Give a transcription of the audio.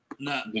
No